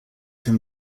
him